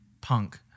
punk